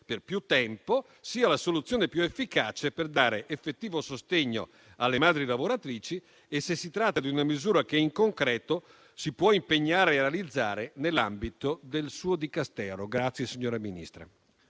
per più tempo sia la soluzione più efficace per dare effettivo sostegno alle madri lavoratrici e se si tratti di una misura che in concreto si può impegnare a realizzare nell'ambito del suo Dicastero. La ringrazio, signora Ministra.